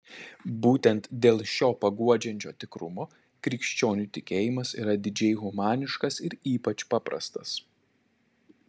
būtent dėl šio paguodžiančio tikrumo krikščionių tikėjimas yra didžiai humaniškas ir ypač paprastas